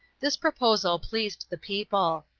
this proposal pleased the people.